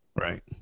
Right